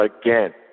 again